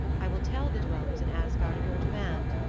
i will tell the dwellers in asgard of your demand,